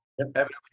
evidently